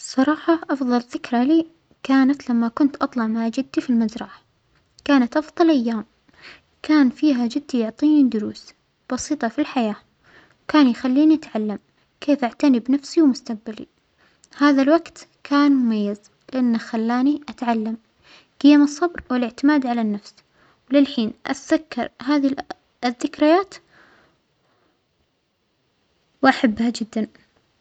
الصراحة أفظل ذكرى لى كانت لما كنت أطلع مع جدى في المزرعة، كانت أفظل أيام، كان فيها جدى يعطينى دروس بسيطة في الحياة، كان يخليني أتعلم كيف أعتنى بنفسى ومستجبلى، هذا الوقت كان مميز لأنه خلانى أتعلم جيم الصبر و الإعتماد على النفس، وللحين أتذكر هذه ال-الذكرايات وأحبها جدا.